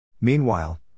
Meanwhile